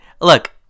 look